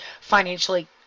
financially